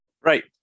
Right